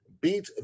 beat